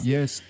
Yes